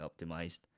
optimized